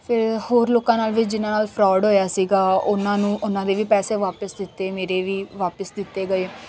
ਫਿਰ ਹੋਰ ਲੋਕਾਂ ਨਾਲ ਵੀ ਜਿਨ੍ਹਾਂ ਨਾਲ ਫਰੋਡ ਹੋਇਆ ਸੀਗਾ ਉਨ੍ਹਾਂ ਨੂੰ ਉਨ੍ਹਾਂ ਦੇ ਵੀ ਪੈਸੇ ਵਾਪਿਸ ਦਿੱਤੇ ਮੇਰੇ ਵੀ ਵਾਪਿਸ ਦਿੱਤੇ ਗਏ